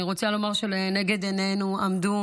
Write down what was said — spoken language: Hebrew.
אני רוצה לומר שלנגד עינינו עמדו,